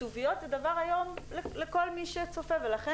כתוביות היום זה דבר לכל מי שצופה ולכן